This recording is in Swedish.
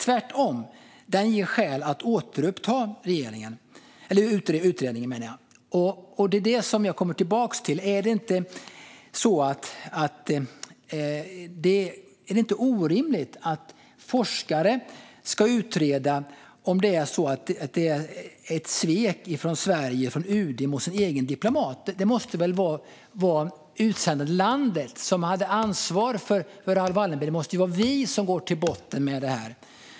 Tvärtom ger den skäl att återuppta utredningen. Är det inte orimligt att forskare ska utreda om det är ett svek från Sverige och UD mot deras egen diplomat? Det måste väl vara det utsända landet som hade ansvar för Raoul Wallenberg som går till botten med det här.